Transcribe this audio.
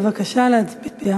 בבקשה להצביע.